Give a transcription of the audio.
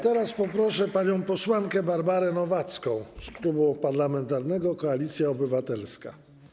Teraz poproszę panią posłankę Barbarę Nowacką z Klubu Parlamentarnego Koalicja Obywatelska.